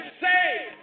saved